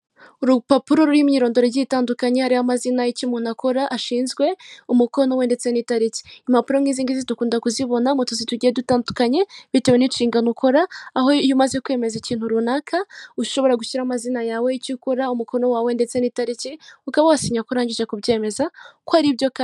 Akazu kari mu ibara ry'umuhondo kanditseho Emutiyeni gatanga serivisi zitandukanye, harimo kubitsa, kubikura, kohereza, kugura amayinite ndetse no kugurisha amayinite. Mo imbere hakaba hahagazemo umugabo ufite bike mu ntoki cyangwa se ikaramu mu ntoki. Imbere hakaba